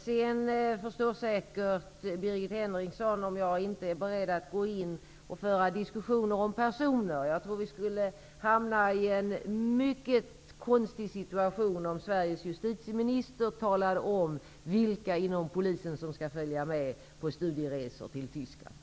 Birgit Henriksson har säkert förståelse för att jag inte är beredd att gå in på diskussioner om personer. Jag tror att vi skulle hamna i en mycket konstig situation om Sveriges justitieminister talade om vilka inom Polisen som skall följa med på studieresor till Tyskland.